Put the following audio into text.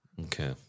Okay